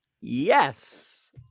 yes